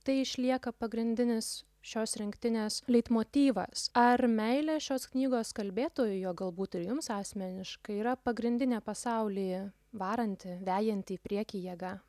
tai išlieka pagrindinis šios rinktinės leitmotyvas ar meilė šios knygos kalbėtojui o galbūt ir jums asmeniškai yra pagrindinė pasaulį varanti vejanti priekį jėga